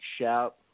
shout